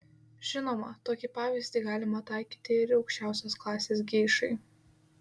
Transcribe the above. žinoma tokį pavyzdį galima taikyti ir aukščiausios klasės geišai